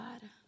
God